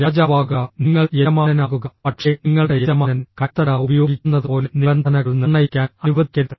രാജാവാകുക നിങ്ങൾ യജമാനനാകുക പക്ഷേ നിങ്ങളുടെ യജമാനൻ കൈത്തണ്ട ഉപയോഗിക്കുന്നതുപോലെ നിബന്ധനകൾ നിർണ്ണയിക്കാൻ അനുവദിക്കരുത്